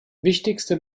wichtigste